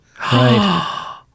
Right